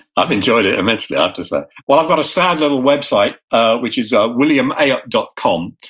i've enjoyed it immensely, i have to say. well, i've got a sad little website which is ah williamayot dot com,